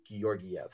Georgiev